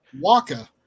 waka